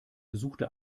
besuchte